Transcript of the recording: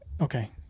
Okay